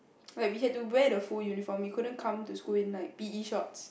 like we had to wear the full uniform we couldn't come to school in like P_E shorts